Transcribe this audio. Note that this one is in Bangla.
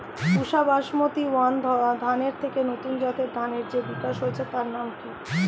পুসা বাসমতি ওয়ান ধানের থেকে নতুন জাতের ধানের যে বিকাশ হয়েছে তার নাম কি?